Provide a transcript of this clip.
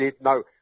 no